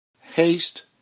Haste